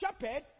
shepherd